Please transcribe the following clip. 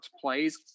plays